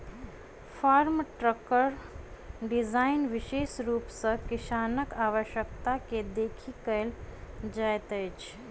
farm ट्रकक डिजाइन विशेष रूप सॅ किसानक आवश्यकता के देखि कयल जाइत अछि